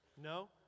No